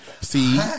see